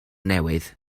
newydd